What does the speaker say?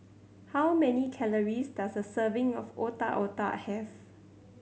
how many calories does a serving of Otak Otak have